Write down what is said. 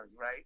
right